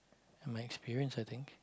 and my experience I think